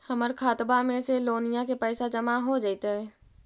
हमर खातबा में से लोनिया के पैसा जामा हो जैतय?